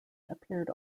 appeared